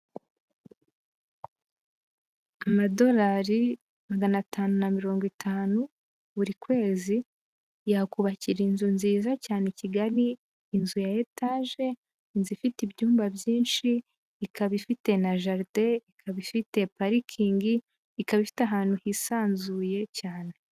Amadolari magana atanu na mirongo itanu, buri kwezi yakubakira inzu nziza cyane i Kigali, inzu ya etaje, inzu ifite ibyumba byinshi, ikaba ifite na jaride, ikaba ifite parikingi, ikaba ifite ahantu hisanzuye cyane.